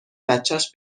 بچش